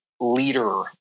leader